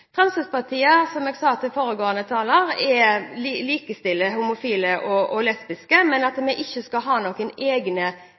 Fremskrittspartiet her. Fremskrittspartiet, som jeg sa til foregående taler, likestiller homofile og lesbiske. Men